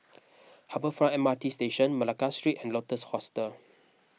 Harbour Front M R T Station Malacca Street and Lotus Hostel